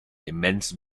immense